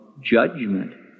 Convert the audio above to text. judgment